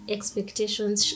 Expectations